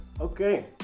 Okay